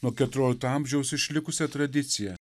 nuo keturiolikto amžiaus išlikusią tradiciją